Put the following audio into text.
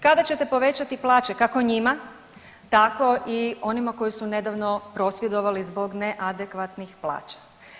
Kada ćete povećati plaće kako njima, tako i onima koji su nedavno prosvjedovali zbog neadekvatnih plaća?